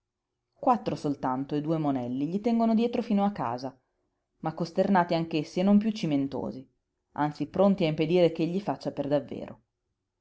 quattro soltanto e due monelli gli tengono dietro fino a casa ma costernati anch'essi e non piú cimentosi anzi pronti a impedire che egli faccia per davvero